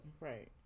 Right